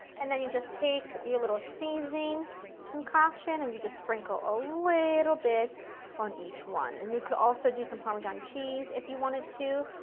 and then you just take your little seasoning concoction and you just sprinkle over a little bit on each one. and you could also do some parmesan cheese, if you wanted to.